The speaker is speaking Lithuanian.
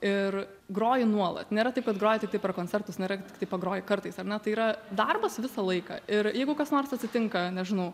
ir groji nuolat nėra taip kad groji tik tai per koncertus nėra kad tiktai pagroji kartais ar ne tai yra darbas visą laiką ir jeigu kas nors atsitinka nežinau